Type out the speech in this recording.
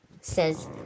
says